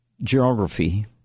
geography